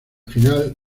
final